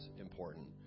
important